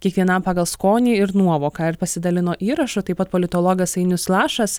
kiekvienam pagal skonį ir nuovoką ir pasidalino įrašu taip pat politologas ainius lašas